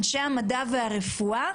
אנשי המדע והרפואה,